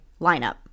lineup